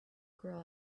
girl